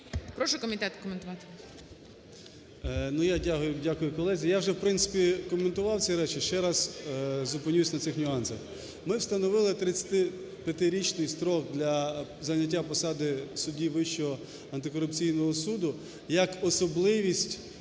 Прошу комітет коментувати.